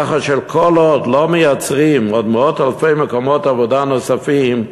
כך שכל עוד לא מייצרים עוד מאות אלפי מקומות עבודה נוספים,